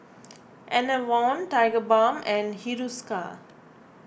Enervon Tigerbalm and Hiruscar